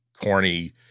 corny